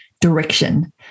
direction